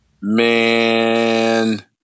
man